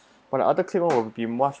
when other colleague more will be much